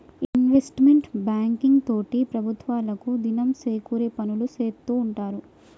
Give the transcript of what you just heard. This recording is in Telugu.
ఇన్వెస్ట్మెంట్ బ్యాంకింగ్ తోటి ప్రభుత్వాలకు దినం సేకూరే పనులు సేత్తూ ఉంటారు